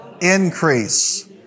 increase